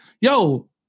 Yo